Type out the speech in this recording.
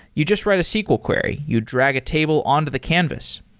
you just write a sql query. you drag a table on to the canvas.